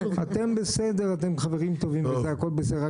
אתם בסדר אתם חברים טובים וזה הכל בסדר,